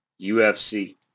UFC